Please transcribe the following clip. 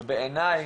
ובעיניי,